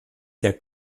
der